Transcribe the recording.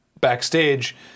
backstage